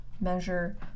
measure